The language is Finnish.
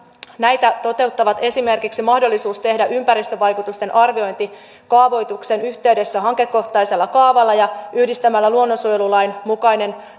tätä toteuttaa esimerkiksi mahdollisuus tehdä ympäristövaikutusten arviointi kaavoituksen yhteydessä hankekohtaisella kaavalla ja yhdistää luonnonsuojelulain mukainen